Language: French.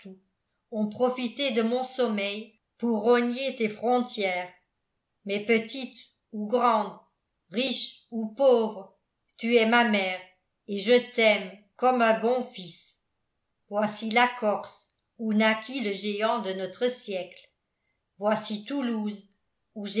ont profité de mon sommeil pour rogner tes frontières mais petite ou grande riche ou pauvre tu es ma mère et je t'aime comme un bon fils voici la corse où naquit le géant de notre siècle voici toulouse où